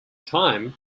time